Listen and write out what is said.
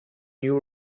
new